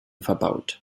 verbaut